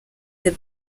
the